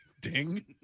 Ding